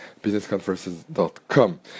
businessconferences.com